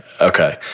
okay